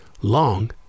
long